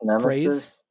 phrase